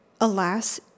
Alas